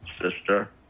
sister